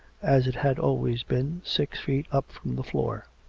as it had always been, six feet up from the floor.